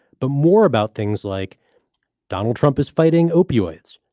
but more about things like donald trump is fighting opioids,